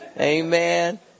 Amen